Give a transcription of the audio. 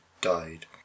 died